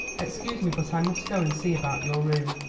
excuse me, but i must go and see about your room.